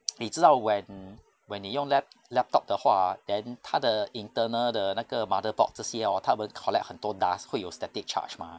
你知道 when when 你用 lap~ laptop 的话 then 它的 internal 的那个 motherboard 这些 hor 它们 collect 很多 dust 会有 static charge mah